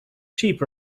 sheep